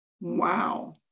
Wow